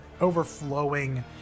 overflowing